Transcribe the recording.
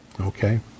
Okay